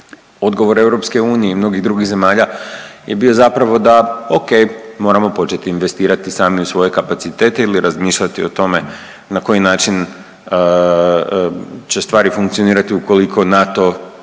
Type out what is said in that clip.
odgovor EU i mnogih drugih zemalja je bio zapravo da okej, moramo počet investirati sami u svoje kapacitete ili razmišljati o tome na koji način će stvari funkcionirati ukoliko NATO kao